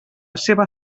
seva